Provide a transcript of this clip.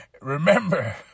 remember